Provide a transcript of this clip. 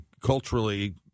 culturally